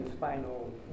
final